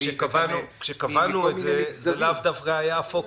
כשקבענו את זה זה לאו דווקא היה הפוקוס.